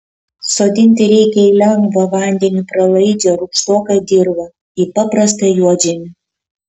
sodinti reikia į lengvą vandeniui pralaidžią rūgštoką dirvą į paprastą juodžemį